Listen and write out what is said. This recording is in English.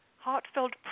heartfelt